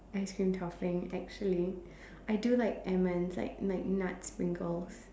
ice cream topping actually I do like almonds like like nut sprinkles